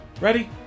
Ready